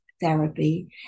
therapy